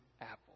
Apple